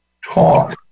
talk